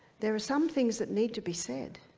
there are some things that need to be said,